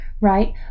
right